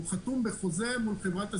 הוא חתום בחוזה מול חברת הסלולר.